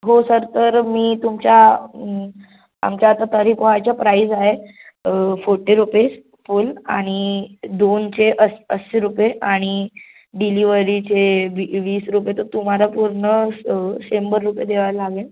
हो सर तर मी तुमच्या आमच्या आता तरीपोहाच्या प्राईज आहे फोर्टी रुपीज फुल आणि दोनचे अस्स अस्सी रुपे आणि डिलिवरीचे बी वीस रुपय तर तुम्हाला पूर्ण सं शंभर रुपय द्यावा लागेन